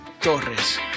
Torres